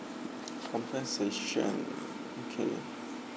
compensation okay